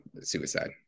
suicide